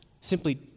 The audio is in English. simply